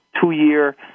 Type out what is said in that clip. two-year